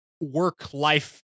work-life